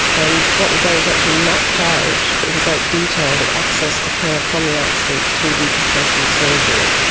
and what we've done is actually mapped out in great detail the access to care from the accident to decompression surgery.